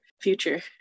future